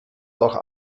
doch